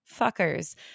fuckers